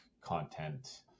content